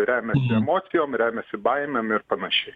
remiasi emocijom remiasi baimėm ir panašiai